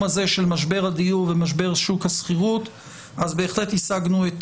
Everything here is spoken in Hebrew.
של משבר הדיור ומשבר שוק השכירות אז בהחלט השגנו את